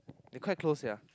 they quite close sia